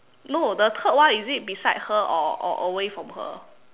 no the third one is it beside her or or away from her